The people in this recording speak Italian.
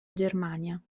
germania